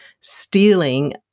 stealing